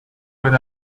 but